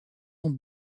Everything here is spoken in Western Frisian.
oan